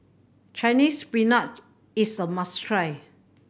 Chinese Spinach is a must try